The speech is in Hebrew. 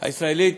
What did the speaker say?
הישראלית,